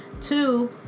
Two